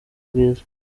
bwiza